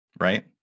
right